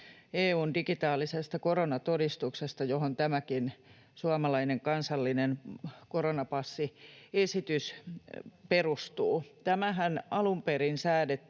digitaalisesta koronatodistuksesta, johon tämä suomalainenkin kansallinen koronapassiesitys perustuu. Tämähän alun perin säädettiin